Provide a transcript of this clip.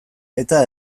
eta